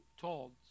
told